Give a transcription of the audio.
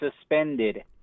suspended